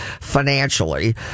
financially